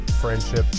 friendship